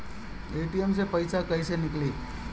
ATM से पइसा कइसे निकली?